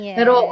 Pero